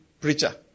preacher